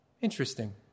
interesting